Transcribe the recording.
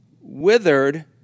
withered